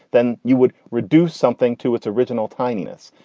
then you would reduce something to its original tininess.